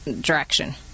direction